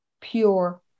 pure